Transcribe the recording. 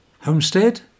homestead